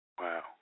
Wow